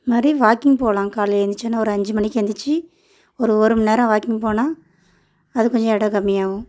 மறுபடி வாக்கிங் போகலான் காலைல எழுந்துருச்சோன்ன ஒரு அஞ்சு மணிக்கு எழுந்துருச்சி ஒரு ஒரு மணி நேரம் வாக்கிங் போனால் அது கொஞ்சம் எடை கம்மியாகும்